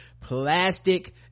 plastic